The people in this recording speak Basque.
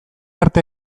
arte